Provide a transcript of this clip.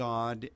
God